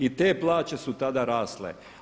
I te plaće su tada rasle.